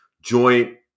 joint